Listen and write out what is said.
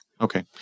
Okay